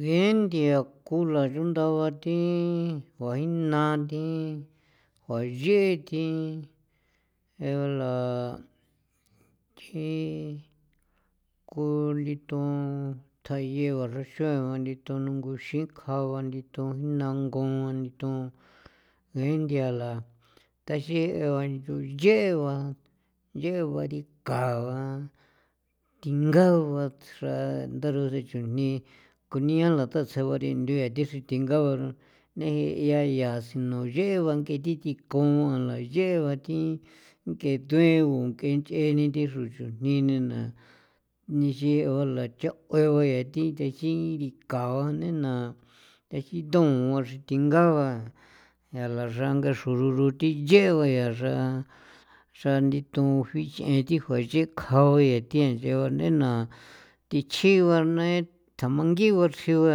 Gee nthia ku la yunda gua thi guajina thi juaye thi jeela thji ku liton thjayee ba xraxaoen ba nitogunxinkja ba liton nanguton ngee nthiala taxigee ba nchio ncheeba ncheeba rikaga ba thinga ba xra ndaro sen chujni kunia la ta tsjee ba rinthue thixri tinga ba ro nei na ya yaa sinu nchee ba thi thinku layee ba thi ngee thuengun ngee nchee ni thi xro chujni na ni nchee ba lachjauau ba ya thi te xi rikao ba nei na tha xitoan rithinga ba yala xranga xrororuthe nchee ba ya xra xran nditon jich'ee thi juanchekjao thi nchao nei na thi chjii ba nai thjamangi ba chrji ba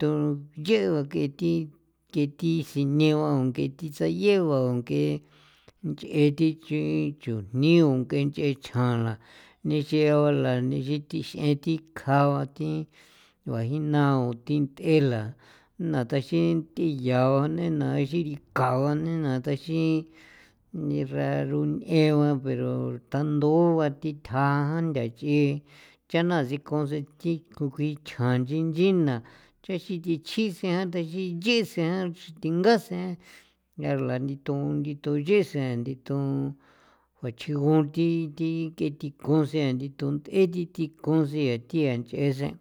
ton nchee ba kee thi ke thi sine ba ke thi sayee ba nk'e nch'ee thi chujnio k'e nch'ee chjaala ni nchea bala ni thi xi xeen thi kjaa ba thi juajinao thi nt'eela naa taxin thiyaa ba nei na xirika jua nei na taxin nixroxronithe ba pero tandoaba thi thja jan ntha ch'i cha naa sikon sen thi ku gichjan chinchin na thjexin thi chjisen ndachiyisen thinga sen xra la nditon nditon ndunchee sen nditon juachjiuu gunthi thi ng'e thinko sen ngee thi thinko sen thia nchee sen.